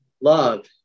Love